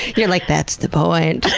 you're like, that's the point.